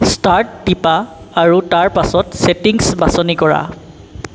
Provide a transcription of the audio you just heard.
start টিপা আৰু তাৰপাছত ছেটিংছ বাছনি কৰা